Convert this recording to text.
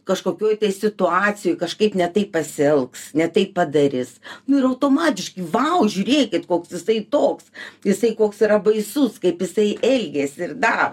kažkokioj situacijoj kažkaip ne taip pasielgs ne taip padarys nu ir automatiškai vau žiūrėkit koks jisai toks jisai koks yra baisus kaip jisai elgėsi ir dar